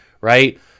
Right